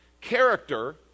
Character